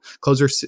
closer